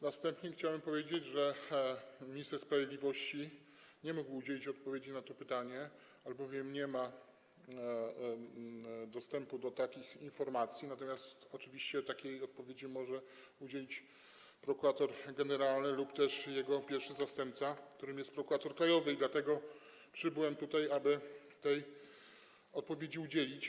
Na wstępie chciałem powiedzieć, że minister sprawiedliwości nie mógł udzielić odpowiedzi na to pytanie, albowiem nie ma dostępu do takich informacji, natomiast oczywiście takiej odpowiedzi może udzielić prokurator generalny lub też jego pierwszy zastępca, którym jest prokurator krajowy, dlatego przybyłem tutaj, aby tej odpowiedzi udzielić.